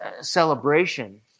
celebration